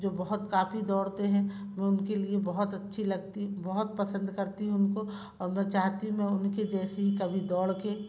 जो बहुत काफ़ी दौड़ते हैं वो उनके लिए बहुत अच्छी लगती बहुत पसंद करती है उनको और मैं चाहती मैं उनके जैसी ही कभी दौड़ के